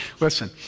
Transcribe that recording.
Listen